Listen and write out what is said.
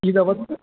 இதை வந்து